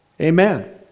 Amen